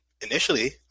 initially